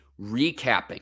recapping